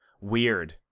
Weird